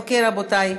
אוקיי, רבותי,